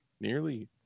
nearly